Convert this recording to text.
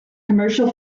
commercial